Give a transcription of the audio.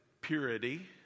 purity